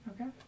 Okay